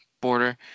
border